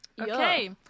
Okay